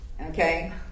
Okay